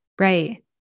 Right